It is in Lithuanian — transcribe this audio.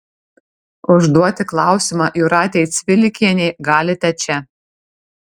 užduoti klausimą jūratei cvilikienei galite čia